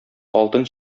алтын